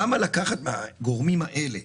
למה לקחת מהגורמים האלה?